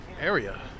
area